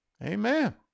Amen